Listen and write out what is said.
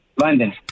london